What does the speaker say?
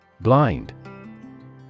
Blind